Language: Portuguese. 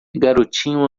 garotinho